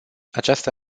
această